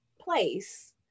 place